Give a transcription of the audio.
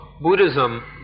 Buddhism